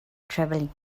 traveling